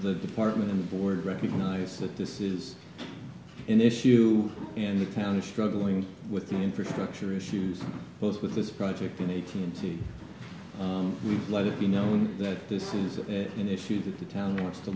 the department and the board recognize that this is an issue and the county struggling with the infrastructure issues posed with this project in eighteen c we let it be known that this is an issue that the town wants to